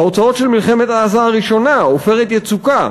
ההוצאות של מלחמת עזה הראשונה, "עופרת יצוקה",